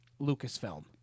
Lucasfilm